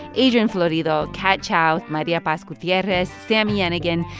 adrian florido, kat chow, maria paz gutierrez, sami yenigun,